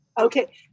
Okay